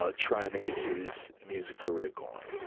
ah trying to get his music career going.